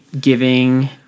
giving